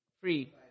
Free